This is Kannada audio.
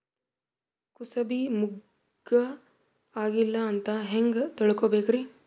ಕೂಸಬಿ ಮುಗ್ಗ ಆಗಿಲ್ಲಾ ಅಂತ ಹೆಂಗ್ ತಿಳಕೋಬೇಕ್ರಿ?